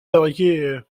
fabriqués